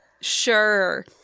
Sure